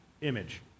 image